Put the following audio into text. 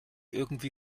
irgendwie